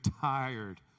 tired